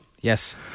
Yes